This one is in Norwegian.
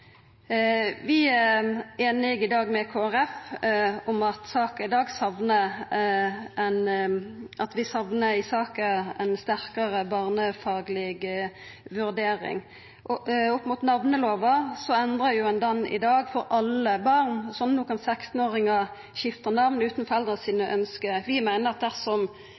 Vi er einige i dag med Kristeleg Folkeparti om at vi i saka saknar ei sterkare barnefagleg vurdering. Namnelova endrar ein i dag for alle barn, så no kan 16-åringar skifta namn utan ønske frå foreldra. Vi meiner det er uheldig å endra namnelova generelt på grunn av denne saka, og i høyringa er det kome innspel om at